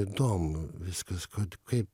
įdomu viskas kad kaip